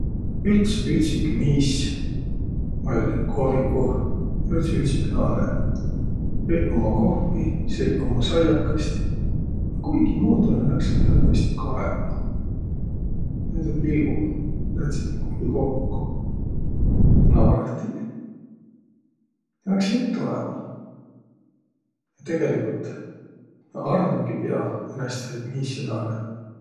Üts ütsik miis oll' kohvikuh, ja üts ütsik naanõ Jõiq umma kohvi, seiq umma saiakõist. Kuigimuudu nä naksiq tõõnõtõist kaema. Näide pilguq lätsiq kuiki kokko. Naarahtiq, naksiq juttu ajama. Tegeligult nä armugi pia ja näist saiq miis ja naanõ.